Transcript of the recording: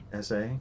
SA